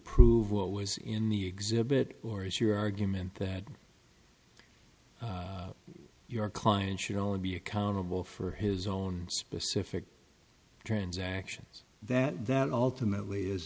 prove what was in the exhibit or is your argument that your client should only be accountable for his own specific transactions that that ultimately is